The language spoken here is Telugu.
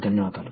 ధన్యవాదాలు